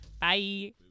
Bye